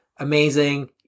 Amazing